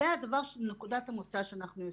זו נקודת המוצא שאנחנו יוצאים.